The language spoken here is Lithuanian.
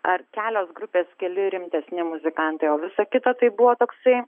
ar kelios grupės keli rimtesni muzikantai o visa kita tai buvo toksai